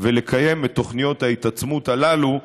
ולקיים את תוכניות ההתעצמות הללו,